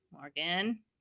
Morgan